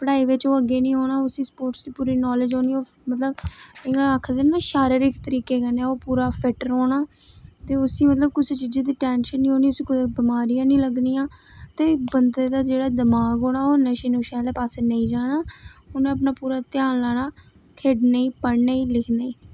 पढ़ाई बिच ओह् अग्गें नेईं होना उसी स्पोर्टें दी पूरी नाॅलेज होनी मतलब इ'यां आखदे न कि शारीरिक तरीके कन्नै ओह् पूरा फिट रौह्ना ते उसी मतलब कुसै चीज़ै दी टैन्शन नेईं होनी उसी कोई बिमारियां नेईं लग्गनियां ते बंदे दा जेहड़ा दिमाग होना ओह् नशे नुशे आह्ले पासे नेईं जाना उनें अपना पूरा ध्यान लाना खेढने गी पढ़ने गी लिखने गी